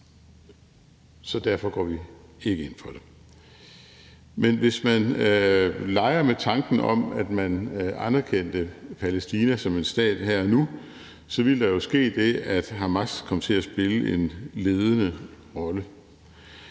Så derfor går vi ikke ind for det. Men hvis man leger med tanken om, at man anerkendte Palæstina som en stat her og nu, ville der jo ske det, at Hamas kom til at spille en ledende rolle.